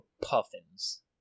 Puffins